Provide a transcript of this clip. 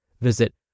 Visit